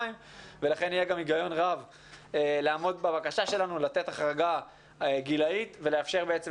לכן יהיה גם הגיון רב לעמוד בבקשה שלנו לתת החרגה גילית ולאפשר לנו